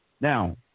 Now